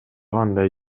кандай